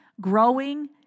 growing